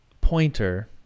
Pointer